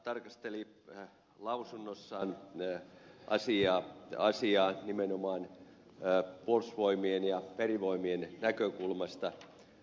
puolustusvaliokunta tarkasteli lausunnossaan asiaa nimenomaan puolustusvoimien ja merivoimien näkökulmasta